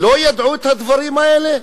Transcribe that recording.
לא ידעו את הדברים האלה?